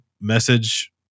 message